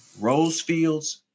Rosefields